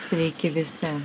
sveiki visi